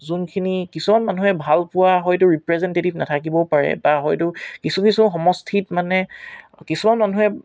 যোনখিনি কিছুমান মানুহে ভালপোৱা হয়তো ৰিপ্ৰেজেণ্টেটিভ নাথাকিবও পাৰে বা হয়তো কিছু কিছু সমষ্টিত মানে কিছুমান মানুহে